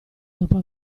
dopo